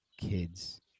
kids